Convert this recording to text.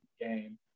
game